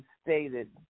stated